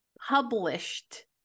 published